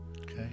Okay